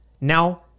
Now